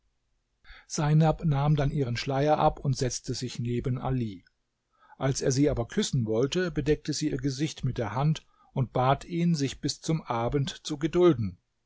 seinab nahm dann ihren schleier ab und setzte sich neben ali als er sie aber küssen wollte bedeckte sie ihr gesicht mit der hand und bat ihn sich bis zum abend zu gedulden